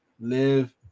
live